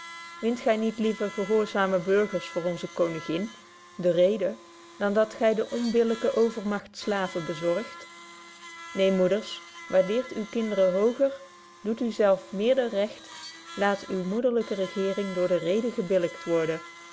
wint gy niet liever gehoorzame burgers voor onze koningin de reden dan dat gy der onbillyke overmagt slaven bezorgt neen moeders waardeert uwe kinderen hooger doet u zelf meerder recht laat uwe moederlyke regeering door de reden gebillykt worden